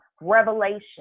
revelation